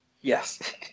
Yes